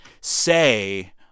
say